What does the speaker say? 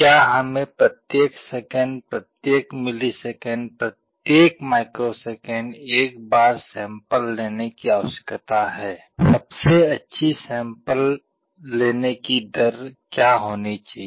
क्या हमें प्रत्येक सेकंड प्रत्येक मिलीसेकंड प्रत्येक माइक्रोसेकंड एक बार सैंपल लेने की आवश्यकता है सबसे अच्छी सैंपल लेने की दर क्या होनी चाहिए